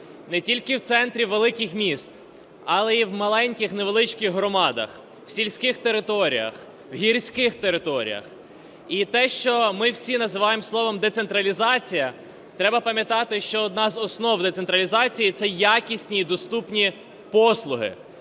не тільки в центрі великих міст, але і в маленьких невеличких громадах, в сільських територіях, в гірських територіях. І те, що ми всі називаємо словом "децентралізація", треба пам'ятати, що одна з основ децентралізації – це якісні і доступні послуги,